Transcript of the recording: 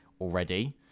already